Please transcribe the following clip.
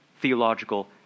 theological